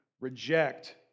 reject